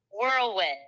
Whirlwind